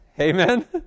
Amen